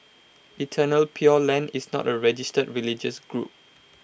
eternal pure land is not A registered religious group